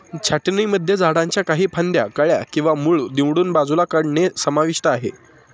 छाटणीमध्ये झाडांच्या काही फांद्या, कळ्या किंवा मूळ निवडून बाजूला काढणे समाविष्ट आहे